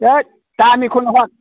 होद दामिखौनो हर